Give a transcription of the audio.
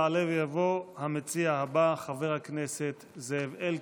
יעלה ויבוא המציע הבא, חבר הכנסת זאב אלקין,